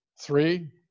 three